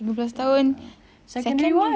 tiga belas tahun second